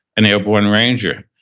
an airborne ranger.